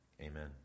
Amen